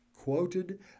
Quoted